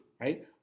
right